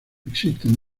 existen